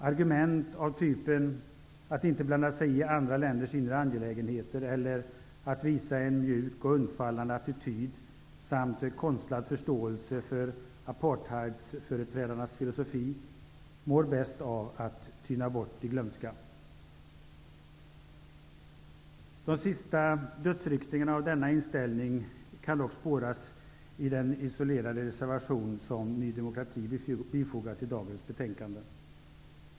Argument av typen att man inte skall blanda sig i andra länders inre angelägenheter, och det förhållandet att man visade en mjuk och undfallande attityd samt en konstlad förståelse för apartheidföreträdarnas filosofi, mår bäst av att tyna bort i glömska. De sista dödsryckningarna när det gäller denna inställning kan dock spåras i den isolerade reservation som Ny demokrati fogar till dagens betänkande.